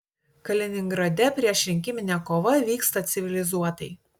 kaliningrade priešrinkiminė kova vyksta civilizuotai